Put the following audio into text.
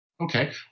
Okay